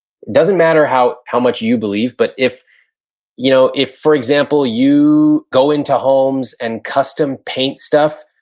doesn't matter how how much you believe but if you know if for example you go into homes and custom paint stuff,